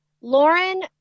Lauren